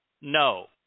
No